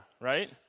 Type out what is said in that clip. right